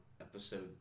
episode